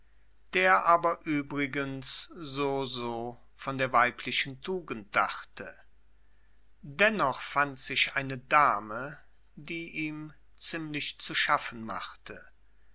der aber übrigens so so von der weiblichen tugend dachte dennoch fand sich eine dame die ihm ziemlich zu schaffen machte